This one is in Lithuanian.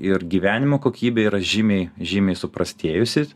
ir gyvenimo kokybė yra žymiai žymiai suprastėjusi